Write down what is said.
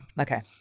Okay